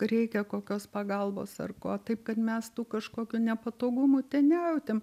reikia kokios pagalbos ar ko taip kad mes tų kažkokių nepatogumų ten nejautėm